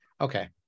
okay